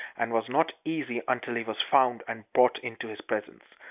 and was not easy until he was found and brought into his presence.